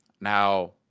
Now